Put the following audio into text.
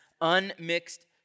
unmixed